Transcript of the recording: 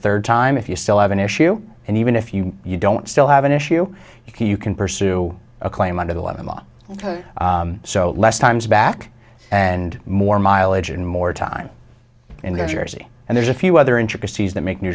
third time if you still have an issue and even if you you don't still have an issue you can pursue a claim under the law in law so less times back and more mileage and more time in the jersey and there's a few other intricacies that make new